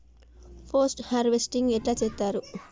Post harvesting ఎట్ల చేత్తరు?